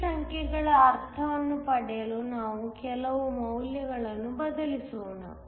ಈ ಸಂಖ್ಯೆಗಳ ಅರ್ಥವನ್ನು ಪಡೆಯಲು ನಾವು ಕೆಲವು ಮೌಲ್ಯಗಳನ್ನು ಬದಲಿಸೋಣ